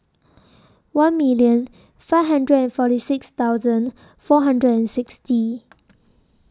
one million five hundred and forty six thousand four hundred and sixty